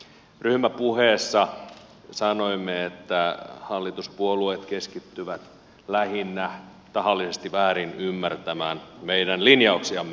ryhmäpuheessa sanoimme että hallituspuolueet keskittyvät lähinnä ymmärtämään tahallisesti väärin meidän linjauksiamme